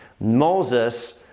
Moses